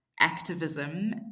activism